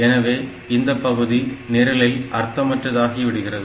எனவே இந்த பகுதி நிரலில் அர்த்தமற்றதாகி விடுகிறது